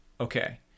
Okay